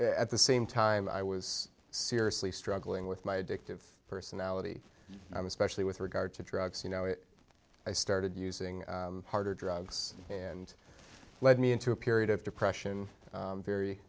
at the same time i was seriously struggling with my addictive personality i'm especially with regard to drugs you know i started using harder drugs and led me into a period of depression very